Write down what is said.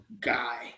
guy